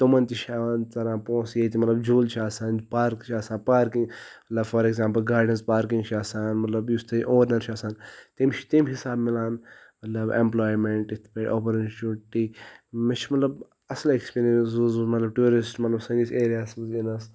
تمَن تہِ چھِ ہٮ۪وان ژَران پونٛسہٕ ییٚتہِ مطلب جوٗلہٕ چھِ آسان پارکہٕ چھِ آسان پاکِنٛگ مطلب فار اٮ۪کزامپٕل گاڑِ ہِنٛز پارکِنٛگ چھِ آسان مطلب یُس تَتہِ اونَر چھِ آسان تٔمۍ چھِ تٔمۍ حِساب مِلان مطلب اٮ۪ملایمٮ۪نٛٹ یِتھ پٲٹھۍ اوٚپورنٕچُنٛٹی مےٚ چھِ مطلب اَصٕل اٮ۪کٕسپیٖریَنٕس روٗزمٕژ مطلب ٹیوٗرِسٹہٕ مطلب سٲنِس ایریاہَس منٛز یِنَس